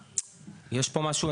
יש פה משהו,